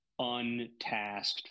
untasked